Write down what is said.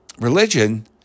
religion